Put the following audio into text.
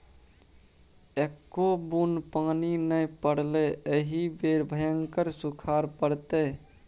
एक्को बुन्न पानि नै पड़लै एहि बेर भयंकर सूखाड़ पड़तै